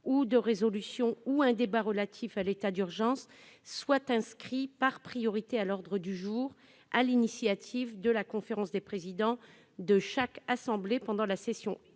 ou de résolution ou un débat relatif à l'état d'urgence soit inscrit par priorité à l'ordre du jour, sur l'initiative de la conférence des présidents de chaque assemblée, pendant la session